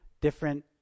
different